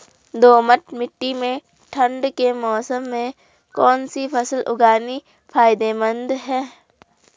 दोमट्ट मिट्टी में ठंड के मौसम में कौन सी फसल उगानी फायदेमंद है?